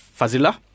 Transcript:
Fazila